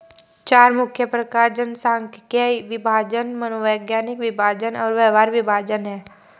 चार मुख्य प्रकार जनसांख्यिकीय विभाजन, मनोवैज्ञानिक विभाजन और व्यवहार विभाजन हैं